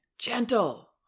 gentle